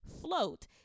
float